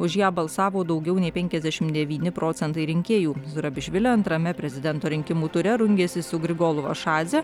už ją balsavo daugiau nei penkiasdešimt devyni procentai rinkėjų zurabišvili antrame prezidento rinkimų ture rungiasi su grigolu vašadze